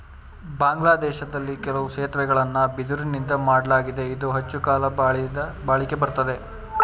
ಬಾಂಗ್ಲಾದೇಶ್ದಲ್ಲಿ ಕೆಲವು ಸೇತುವೆಗಳನ್ನ ಬಿದಿರುನಿಂದಾ ಮಾಡ್ಲಾಗಿದೆ ಇದು ಹೆಚ್ಚುಕಾಲ ಬಾಳಿಕೆ ಬರ್ತದೆ